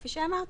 כפי שאמרתי,